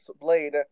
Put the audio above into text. blade